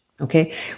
okay